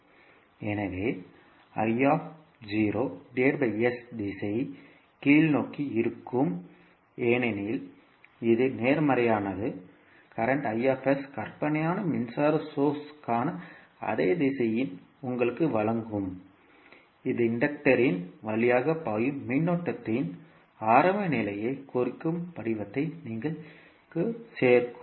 எனவே திசை கீழ்நோக்கி இருக்கும் ஏனெனில் அது நேர்மறையானது தற்போதைய current I கற்பனையான மின்சார சோர்ஸ் ற்கான அதே திசையை உங்களுக்கு வழங்கும் இது இன்டக்டர் இன் வழியாக பாயும் மின்னோட்டத்தின் ஆரம்ப நிலையை குறிக்கும் படிவத்தை நீங்கள் சேர்க்கும்